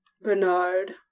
Bernard